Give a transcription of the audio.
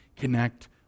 connect